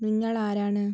നിങ്ങൾ ആരാണ്